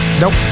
Nope